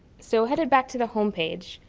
so headed back to the homepage,